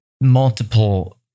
multiple